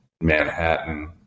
Manhattan